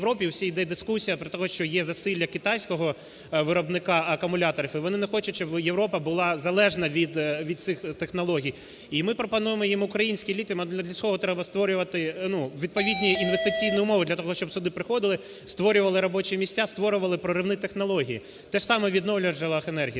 в Європі йде в усій дискусія про те, що є засилля китайського виробника акумуляторів, і вони не хочуть, щоб Європа була залежна від цих технологій. І ми пропонуємо їм українські літій, але для цього треба створювати відповідні інвестиційні умови для того, щоб сюди приходили створювали робочі місця, створювали проривні технології. Те ж саме у відновлювальних джерелах енергії,